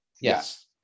Yes